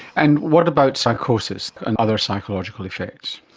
and what about psychosis and other psychological effects?